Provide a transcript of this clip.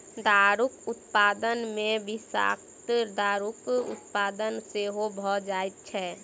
दारूक उत्पादन मे विषाक्त दारूक उत्पादन सेहो भ जाइत छै